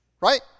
right